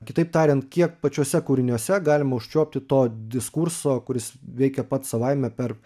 kitaip tariant kiek pačiuose kūriniuose galima užčiuopti to diskurso kuris veikia pats savaime per